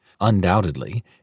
Undoubtedly